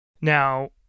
Now